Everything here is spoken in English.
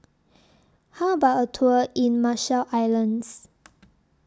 How about A Tour in Marshall Islands